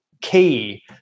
key